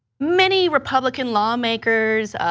many republican lawmakers,